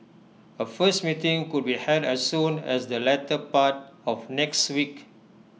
A first meeting could be held as soon as the latter part of next week